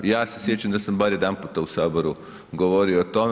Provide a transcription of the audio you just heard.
Ja se sjećam da sam bar jedanputa u Saboru govorio o tome.